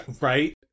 Right